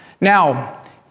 Now